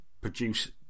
produce